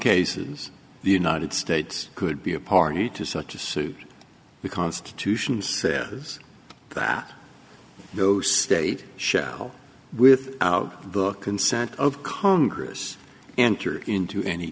cases the united states could be a party to such a suit the constitution says that no state shall with the book consent of congress and threw into any